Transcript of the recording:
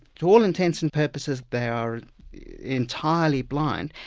to all intents and purposes they are entirely blind,